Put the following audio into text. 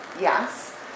Yes